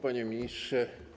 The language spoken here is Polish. Panie Ministrze!